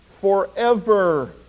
forever